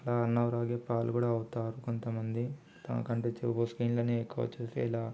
అలా అనారోగ్యపాలు కూడా అవుతారు కొంతమంది తనకంటే స్క్రీన్లనే ఎక్కువ చూసి ఇలా